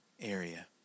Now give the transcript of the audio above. area